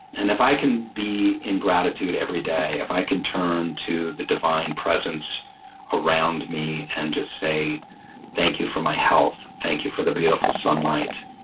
and if i can be in gratitude every day, if i can turn to the divine presence around me and just say thank you for my health, thank you for the beautiful sunlight,